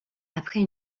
après